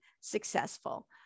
successful